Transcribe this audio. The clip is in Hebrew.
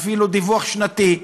ואפילו דיווח שנתי,